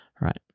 right